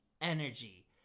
energy